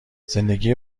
زندگی